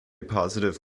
positive